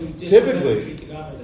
typically